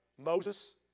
Moses